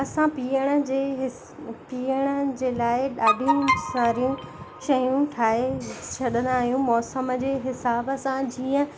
असां पीअण जे हि पीअण जे लाइ ॾाढी सारियूं शयूं ठाहे छॾंदा आहियूं मौसम जे हिसाब सां जीअं